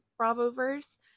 Bravoverse